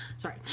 Sorry